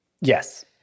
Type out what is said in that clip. Yes